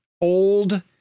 old